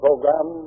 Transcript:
Program